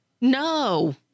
No